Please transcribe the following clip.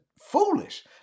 foolish